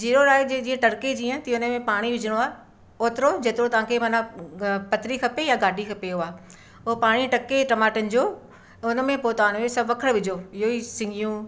जीरो राई जे जीअं टरके जीअं तीअं हुन में पाणी विझणो आहे ओतिरो जेतिरो तव्हां खे माना प पतरी खपे या घाटी खपे उहा हो पाणी टके टमाटनि जो ऐं हुन में पोइ तव्हां हुनमें सभु वखरु विझो इहो ई सिङियूं